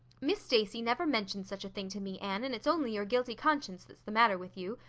miss stacy never mentioned such a thing to me, anne, and its only your guilty conscience that's the matter with you.